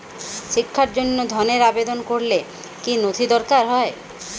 শিক্ষার জন্য ধনের আবেদন করলে কী নথি দরকার হয়?